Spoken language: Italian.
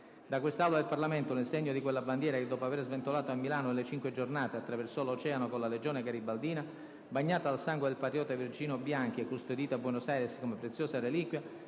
Da quest'Aula del Parlamento, nel segno di quella bandiera che dopo aver sventolato a Milano nelle Cinque giornate attraversò l'oceano con la legione garibaldina, bagnata del sangue del patriota Virginio Bianchi e custodita a Buenos Aires come preziosa reliquia,